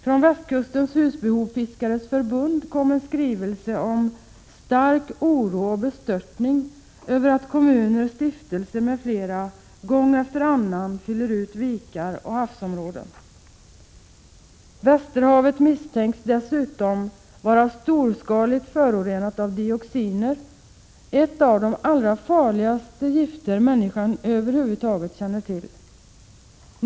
Från Västkustens husbehovsfiskares förbund kom en skrivelse om ”stark oro och bestörtning” över att kommuner, stiftelser m.fl. gång efter annan fyller ut vikar och havsområden. Västerhavet misstänks nu dessutom vara storskaligt förorenat av dioxiner — ett av de farligaste gifter över huvud taget som människan känner till.